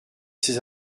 ces